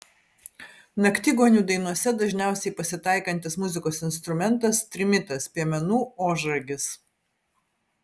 naktigonių dainose dažniausiai pasitaikantis muzikos instrumentas trimitas piemenų ožragis